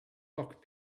rock